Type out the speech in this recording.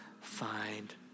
find